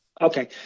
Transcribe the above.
Okay